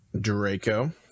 Draco